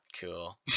cool